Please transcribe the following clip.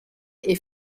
est